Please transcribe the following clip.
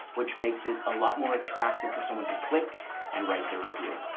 which makes it a lot more attractive for someone to click and write their review.